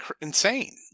insane